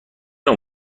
نوع